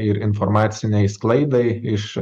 ir informacinei sklaidai iš